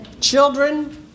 Children